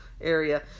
area